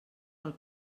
pel